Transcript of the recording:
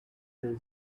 till